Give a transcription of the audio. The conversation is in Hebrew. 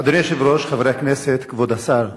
אדוני היושב-ראש, חברי הכנסת, כבוד השר,